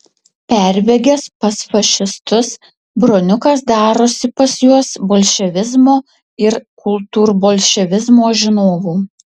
perbėgęs pas fašistus broniukas darosi pas juos bolševizmo ir kultūrbolševizmo žinovu